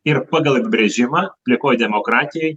ir pagal apibrėžimą plikoj demokratijoj